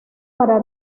para